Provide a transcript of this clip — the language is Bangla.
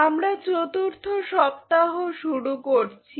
আমরা চতুর্থ সপ্তাহ শুরু করছি